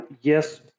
yes